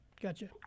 Gotcha